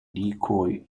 decoy